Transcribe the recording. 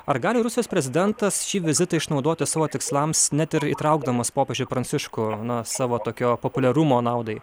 ar gali rusijos prezidentas šį vizitą išnaudoti savo tikslams net ir įtraukdamas popiežių pranciškų na savo tokio populiarumo naudai